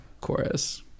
chorus